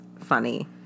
funny